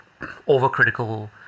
overcritical